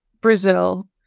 Brazil